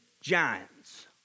giants